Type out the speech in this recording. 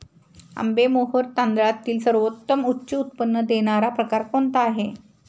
आंबेमोहोर तांदळातील सर्वोत्तम उच्च उत्पन्न देणारा प्रकार कोणता आहे?